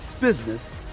business